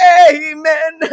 amen